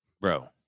Bro